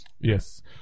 Yes